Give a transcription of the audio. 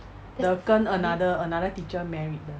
the 跟 another another teacher marry 的